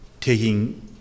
taking